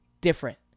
different